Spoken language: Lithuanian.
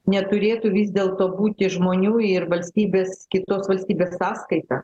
neturėtų vis dėlto būti žmonių ir valstybės kitos valstybės sąskaita